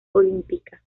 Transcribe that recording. olímpica